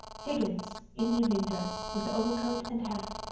higgins, in evening dress, with overcoat and hat,